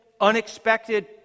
unexpected